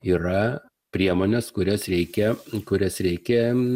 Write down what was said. yra priemonės kurias reikia kurias reikia